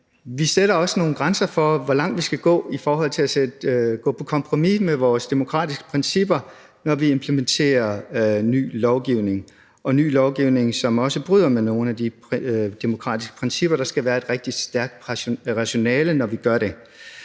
vi sætter også nogle grænser for, hvor langt vi skal gå i forhold til at gå på kompromis med vores demokratiske principper, når vi implementerer ny lovgivning – og ny lovgivning, som også bryder med nogle af de demokratiske principper. Der skal være et rigtig stærkt rationale, når vi gør det.